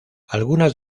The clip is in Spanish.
algunas